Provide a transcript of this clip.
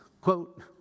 quote